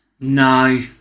no